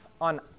on